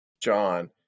John